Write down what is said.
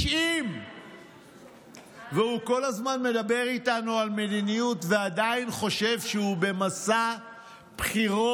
90. והוא כל הזמן מדבר איתנו על מדיניות ועדיין חושב שהוא במסע בחירות